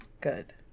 Good